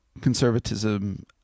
conservatism